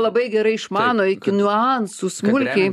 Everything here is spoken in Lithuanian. labai gerai išmano iki niuansų smulkiai